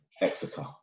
Exeter